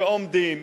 שעומדים,